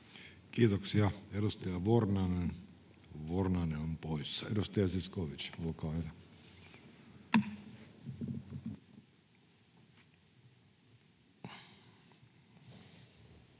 Kiitoksia. — Edustaja Vornanen, Vornanen on poissa. — Edustaja Zyskowicz, olkaa hyvä.